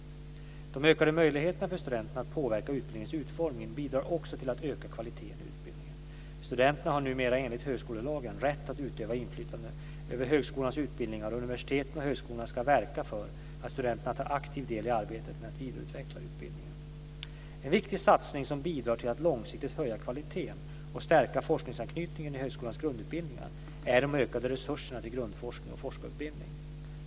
De ökade möjligheterna för studenterna att påverka utbildningens utformning bidrar också till att öka kvaliteten i utbildningen. Studenterna har numera enligt högskolelagen rätt att utöva inflytande över högskolans utbildningar, och universiteten och högskolorna ska verka för att studenterna tar aktiv del i arbetet med att vidareutveckla utbildningen. En viktig satsning som bidrar till att långsiktigt höja kvaliteten och stärka forskningsanknytningen i högskolans grundutbildningar är de ökande resurserna till grundforskning och forskarutbildning.